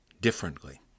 differently